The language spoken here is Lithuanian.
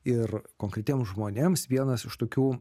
ir konkretiem žmonėms vienas iš tokių